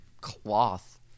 cloth